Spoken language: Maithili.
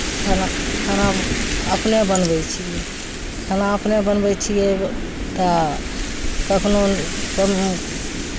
खाना खाना अपने बनबै छियै खाना अपने बनबै छियै तऽ कखनहु कम